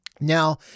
Now